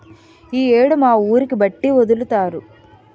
ఈ యేడు మా ఊరికి బట్టి ఒదులుతారు